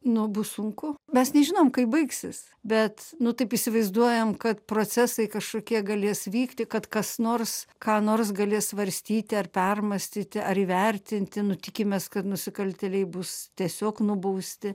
nu bus sunku mes nežinom kaip baigsis bet nu taip įsivaizduojam kad procesai kažkokie galės vykti kad kas nors ką nors galės svarstyti ar permąstyti ar įvertinti nu tikimės kad nusikaltėliai bus tiesiog nubausti